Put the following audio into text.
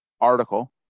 article